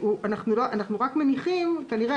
אנחנו רק מניחים כנראה,